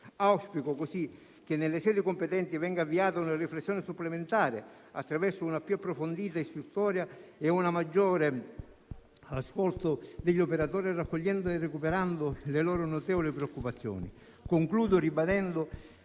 Auspico che nelle sedi competenti venga avviata una riflessione supplementare, attraverso una più approfondita istruttoria e un maggiore ascolto degli operatori, raccogliendo e recuperando le loro notevoli preoccupazioni. Concludo ribadendo